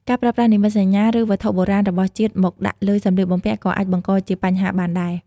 ការប្រើប្រាស់និមិត្តសញ្ញាឬវត្ថុបុរាណរបស់ជាតិមកដាក់លើសម្លៀកបំពាក់ក៏អាចបង្កជាបញ្ហាបានដែរ។